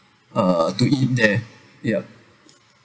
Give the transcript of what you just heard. uh to eat there yup